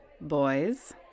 Boys